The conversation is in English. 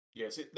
Yes